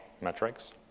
metrics